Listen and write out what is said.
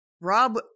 Rob